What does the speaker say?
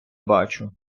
бачу